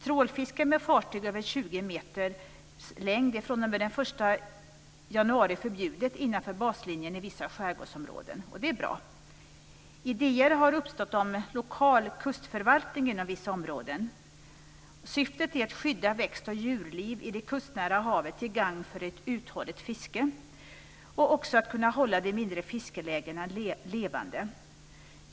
Trålfiske med fartyg på över 20 meters längd är fr.o.m. den 1 januari förbjudet innanför baslinjen i vissa skärgårdsområden och det är bra. Idéer har uppstått om lokal kustförvaltning inom vissa områden. Syftet är att skydda växt och djurliv i det kustnära havet, till gagn för ett uthålligt fiske, och också att kunna hålla de mindre fiskelägena levande.